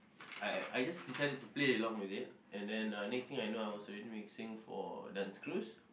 I I just decided to play along with it and then next thing I knew I was already mixing for dance crews